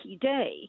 day